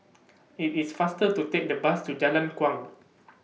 IT IS faster to Take The Bus to Jalan Kuang